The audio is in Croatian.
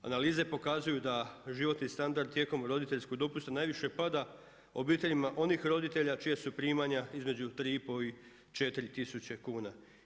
Analize pokazuju da životni standard tijekom roditeljskog dopusta najviše pada obiteljima onih roditelja čija su primanja između 3500 i 4000 kuna.